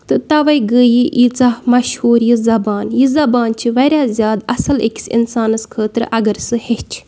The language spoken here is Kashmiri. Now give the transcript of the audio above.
تہٕ تَوَے گٔیے یہِ یٖژاہ مشہوٗر یہِ زبان یہِ زبان چھِ واریاہ زیادٕ اَصٕل أکِس اِنسانَس خٲطرٕ اگر سُہ ہیٚچھِ